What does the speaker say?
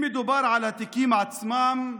אם מדובר על התיקים עצמם,